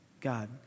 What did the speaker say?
God